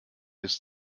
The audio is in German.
bis